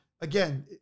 again